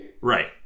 Right